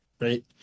right